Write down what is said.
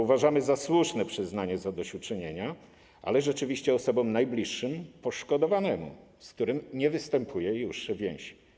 Uważamy za słuszne przyznanie zadośćuczynienia, ale rzeczywiście osobom najbliższym poszkodowanemu, z którym nie występuje już więź.